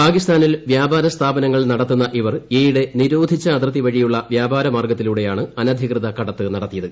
പാകിസ്ഥാനിൽ വ്യാപാര സ്ഥാപനങ്ങൾ നടത്തുന്ന ഇവർ ഈയിടെ നിരോധിച്ച അതിർത്തി വഴിയുള്ള വ്യാപാരമാർഗ്ഗത്തിലൂടെയാണ് അനധികൃത കടത്ത് നടത്തിയത്